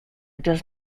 does